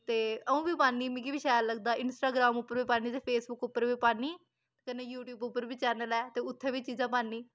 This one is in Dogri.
ते अ'ऊं बी पान्नी मिगी बी शैल लगदा इंस्टाग्राम उप्पर बी पान्नी ते फेसबुक उप्पर बी पान्नी कन्नै यू ट्यूब उप्पर बी चैनल ऐ ते उत्थै बी चीजां पान्नी